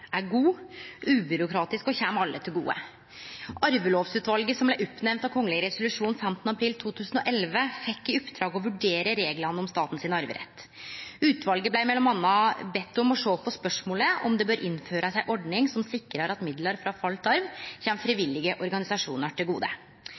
oppdrag å vurdere reglane om staten sin arverett. Utvalet blei m.a. bedt om å sjå på spørsmålet om det bør innførast ei ordning som sikrar at midlar frå fallen arv kjem